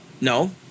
no